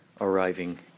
Arriving